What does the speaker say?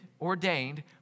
ordained